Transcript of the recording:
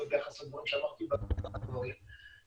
ביחס לדברים שאמרתי בתחילת הדברים.